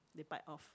they bite off